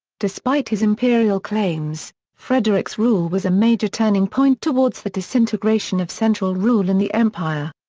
despite his imperial claims, frederick's rule was a major turning point towards the disintegration of central rule in the empire.